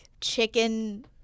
chicken